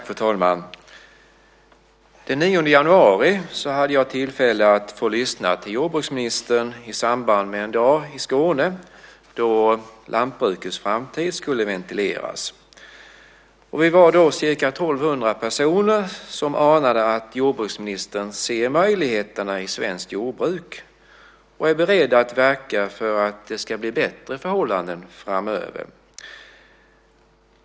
Fru talman! Den 9 januari hade jag tillfälle att få lyssna till jordbruksministern då hon var i Skåne och då lantbrukets framtid skulle ventileras. Vi var ca 1 200 personer som anade att jordbruksministern ser möjligheterna i svenskt jordbruk och är beredd att verka för att det ska bli bättre förhållanden framöver.